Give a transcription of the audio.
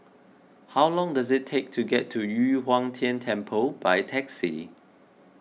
how long does it take to get to Yu Huang Tian Temple by taxi